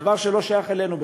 דבר שלא שייך אלינו בכלל.